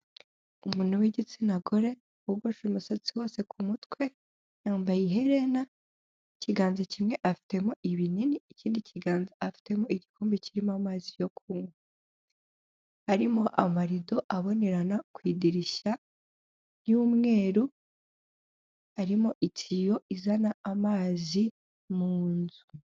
Umuntu w'igitsina gore wogoshe umusatsi wose ku mutwe, yambaye iherena ikiganza kimwe afitemo ibinini, ikindi kiganza afitemo igikombe kirimo amazi yo kunywa, harimo amarido abonerana ku idirishya ry'umweru, harimo itiyo izana amazi mu nzu.